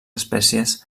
espècies